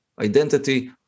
identity